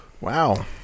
Wow